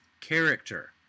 character